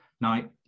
Now